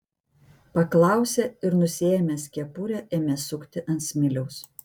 paklausė ir nusiėmęs kepurę ėmė sukti ant smiliaus